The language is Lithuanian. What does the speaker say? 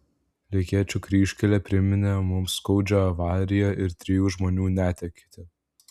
lekėčių kryžkelė priminė mums skaudžią avariją ir trijų žmonių netektį